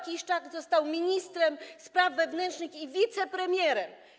Kiszczak został ministrem spraw wewnętrznych i wicepremierem.